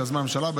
שיזמה הממשלה.